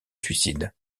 suicide